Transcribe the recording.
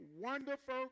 Wonderful